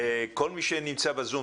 כל מי שנמצא בזום,